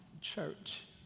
church